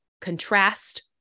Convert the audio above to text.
contrast